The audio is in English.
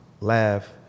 laugh